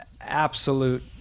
absolute